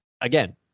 again